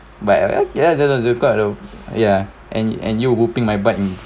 but uh yeah that's a a quiet a yeah and and you whopping my butt in